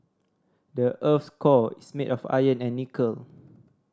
the earth's core is made of iron and nickel